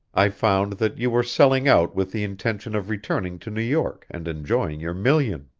i found that you were selling out with the intention of returning to new york and enjoying your million.